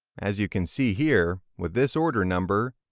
as you can see here, with this order number,